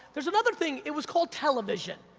there's another thing, it was called television,